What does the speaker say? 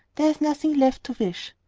there is nothing left to wish.